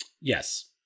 Yes